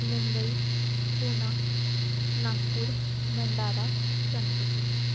Mumbai Poona Nagpur Bhandara Chandrapur